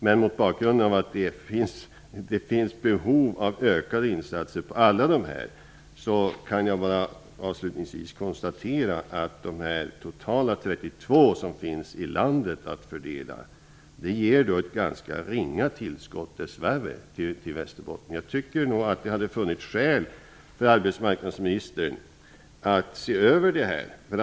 Men mot bakgrund av att det finns behov av ökade insatser på alla dessa områden vill jag avslutningsvis konstatera att de totalt 32 miljoner kronor som finns att fördela dess värre ger ett ganska ringa tillskott till Västerbotten. Det hade nog funnits skäl för arbetsmarknadsministern att se över denna sak.